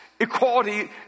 equality